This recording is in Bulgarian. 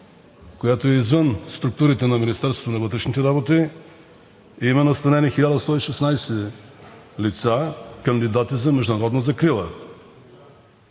която е извън структурите на Министерството на вътрешните работи, има настанени 1116 лица, кандидати за международна закрила.